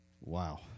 Wow